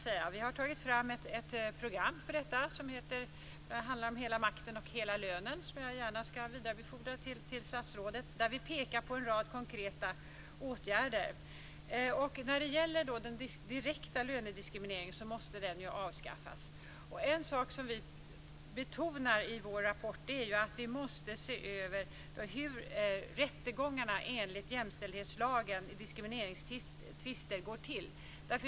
Vi har tagit fram ett program för detta som handlar om hela makten och hela lönen. Jag ska gärna vidarebefordra det till statsrådet. Där pekar vi på en rad konkreta åtgärder. Den direkta lönediskrimineringen måste avskaffas. En sak som vi betonar i vår rapport är att vi måste se över hur rättegångarna enligt jämställdhetslagen, diskrimineringstvister, går till.